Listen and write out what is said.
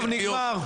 טוב, נגמר.